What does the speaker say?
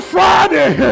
Friday